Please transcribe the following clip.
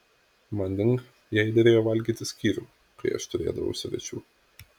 manding jai derėjo valgyti skyrium kai aš turėdavau svečių